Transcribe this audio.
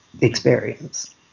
experience